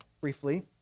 briefly